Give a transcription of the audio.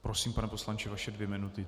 Prosím, pane poslanče, vaše dvě minuty.